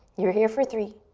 you're here for three,